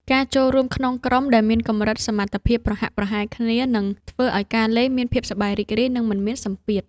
ការចូលរួមក្នុងក្រុមដែលមានកម្រិតសមត្ថភាពប្រហាក់ប្រហែលគ្នានឹងធ្វើឱ្យការលេងមានភាពសប្បាយរីករាយ និងមិនមានសម្ពាធ។